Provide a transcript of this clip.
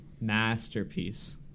masterpiece